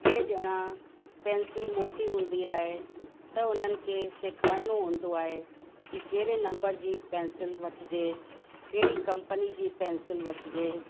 कंहिं ॼणा पैंसिल मोटी हूंदी आहे त उन्हनि खे सेखारणो हूंदो आहे कि कहिड़े नम्बर जी पैंसिल वठिजे कहिड़ी कंपनी जी पैंसिल वठिजे